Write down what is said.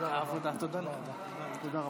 אם כך,